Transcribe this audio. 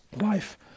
life